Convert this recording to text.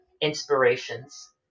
inspirations